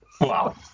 Wow